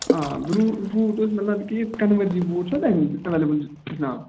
آ برٛوٗ بوٗٹ اوس مَطلَب کہِ کَنوَرجی بوٗٹ چھُوا تۅہہِ ایٚویلیبُل جناب